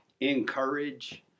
encourage